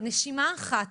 נשימה אחת